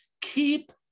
Keep